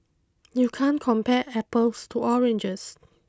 you can't compare apples to oranges